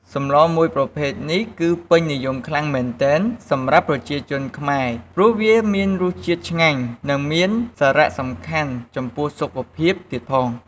សម្លរមួយប្រភេទនេះគឺពេញនិយមខ្លាំងមែនទែនសម្រាប់ប្រជាជនខ្មែរព្រោះវាមានរសជាតិឆ្ងាញ់និងមានសារៈសំខាន់ចំពោះសុខភាពទៀតផង។